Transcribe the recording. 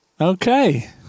Okay